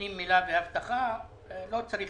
צריך